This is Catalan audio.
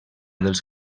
dels